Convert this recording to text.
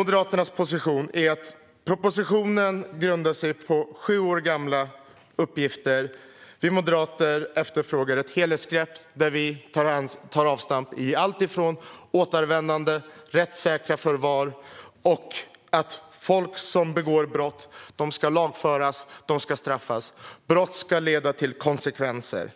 Moderaternas position är att propositionen grundar sig på sju år gamla uppgifter. Vi moderater efterfrågar ett helhetsgrepp som tar avstamp i alltifrån återvändande och rättssäkra förvar till att folk som begår brott ska lagföras och straffas. Brott ska leda till konsekvenser.